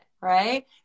right